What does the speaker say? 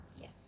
yes